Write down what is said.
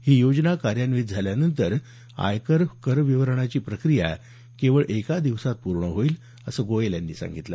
ही योजना कार्यान्वित झाल्यानंतर आयकर कर विवरणाची प्रक्रिया केवळ एका दिवसात पूर्ण होईल असं गोयल यांनी यावेळी सांगितलं